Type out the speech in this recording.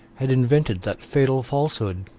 had invented that fatal falsehood.